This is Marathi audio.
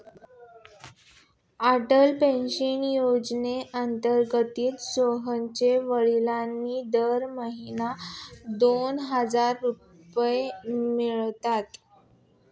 अटल पेन्शन योजनेअंतर्गत सोहनच्या वडिलांना दरमहा दोन हजार रुपये मिळतात